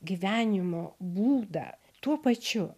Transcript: gyvenimo būdą tuo pačiu